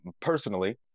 personally